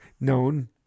known